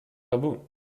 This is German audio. gabun